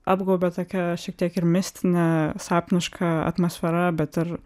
apgaubia tokia šiek tiek ir mistine sapniška atmosfera bet ir